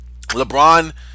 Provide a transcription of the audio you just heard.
LeBron